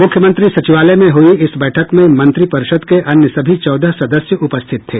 मुख्यमंत्री सचिवालय में हुई इस बैठक में मंत्रिपरिषद के अन्य सभी चौदह सदस्य उपस्थित थे